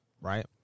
right